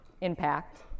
impact